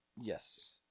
Yes